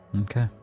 Okay